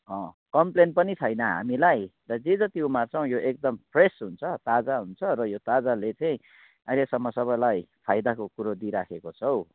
complain पनि छैन हामीलाई र जे जति उमार्छौँ यो एकदमै फ्रेस हुन्छ ताजा हुन्छ र यो ताजाले चाहिँ अहिलेसम्म सबैलाई फाइदाको कुरो दिइराखेको छ हौ